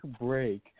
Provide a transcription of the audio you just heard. break